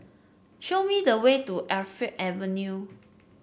show me the way to Alkaff Avenue